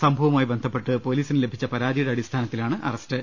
സംഭവവുമായി ബന്ധപ്പെട്ട് പൊ്ലീസിന് ലഭിച്ച പരാതിയുടെ അടി സ്ഥാനത്തിലാണ് അറസ്റ്റ്